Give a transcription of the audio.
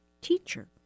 teacher